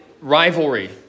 rivalry